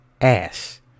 ass